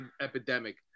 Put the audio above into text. epidemic